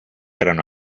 erano